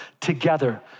together